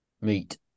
meet